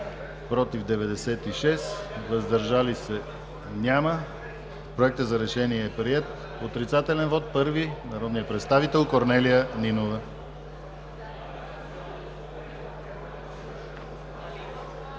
против 96, въздържали се няма. Проектът за решение е приет. Отрицателен вот – народният представител Корнелия Нинова.